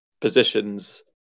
positions